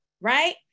right